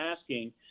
asking